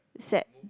set